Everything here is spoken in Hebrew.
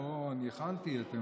לא, אני הכנתי.